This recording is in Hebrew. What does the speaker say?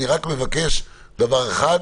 אני רק מבקש דבר אחד: